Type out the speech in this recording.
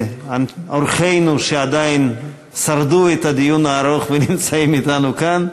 מודים לאורחינו שעדיין שרדו בדיון הארוך ונמצאים אתנו כאן.